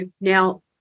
now